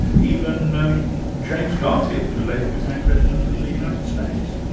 even um james garfield, who later became president of the united states.